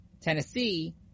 Tennessee